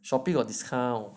shopping got discount